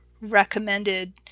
recommended